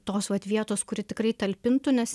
tos vat vietos kuri tikrai talpintų nes